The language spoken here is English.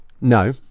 No